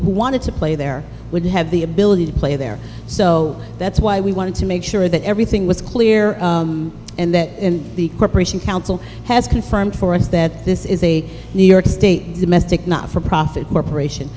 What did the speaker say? wanted to play there would have the ability to play there so that's why we wanted to make sure that everything was clear and that the corporation counsel has confirmed for us that this is a new york state domestic not for profit corporation